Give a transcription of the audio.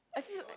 I feel like